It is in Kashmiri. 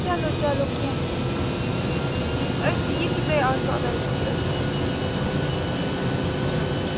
چلو چلو کیٚنٛہہ چھُنہٕ کیٚنٛہہ چھُنہٕ أسۍ یہِ تہِ تۄہہِ آسوٕ ایٚویلیبٕلٹی أسۍ کَرو پوٗرٕ سۄ چلو چلو